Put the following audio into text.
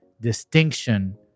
distinction